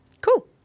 Cool